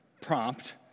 prompt